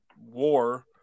war